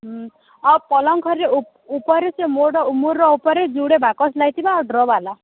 ହୁଁ ଆଉ ପଲଂ ଖଟ୍ରେ ଉପରେ ସେ ମୁଡ଼୍ ଉପରେ ଯୁଡ଼େ ବାକସ୍ ଲାଗିଥିବା ଆଉ ଡ୍ର ବାଲା